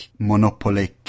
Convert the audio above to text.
monopolic